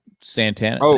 Santana